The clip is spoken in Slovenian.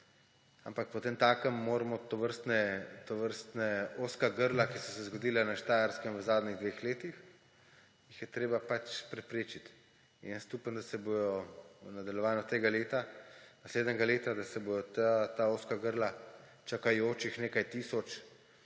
Ampak potemtakem moramo tovrstna ozka grla, ki so se zgodila na Štajerskem v zadnjih dveh letih, pač preprečiti. Upam, da se bojo v nadaljevanju tega leta, naslednjega leta, da se bojo ta ozka grla čakajočih nekaj tisoč